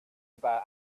about